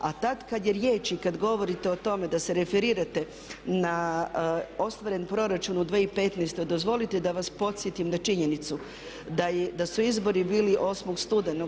A tad kad je riječ i kad govorite o tome da se referirate na ostvaren proračun u 2015. dozvolite da vas podsjetim na činjenicu da su izbori bili 8. studenog.